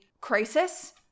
crisis